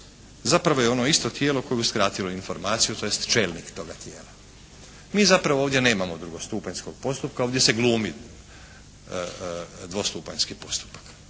zapravo je ono isto tijelo koje je uskratilo informaciju tj. čelnik toga tijela. Mi zapravo ovdje nemamo drugostupanjskog postupka. Ovdje se glumi dvostupanjski postupak.